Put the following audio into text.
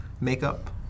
makeup